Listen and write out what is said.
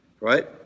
Right